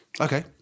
okay